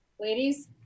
Ladies